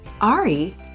Ari